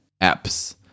apps